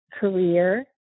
career